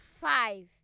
five